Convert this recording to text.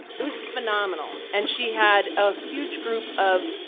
it was phenomenal. and she had a huge group of